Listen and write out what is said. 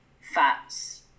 fats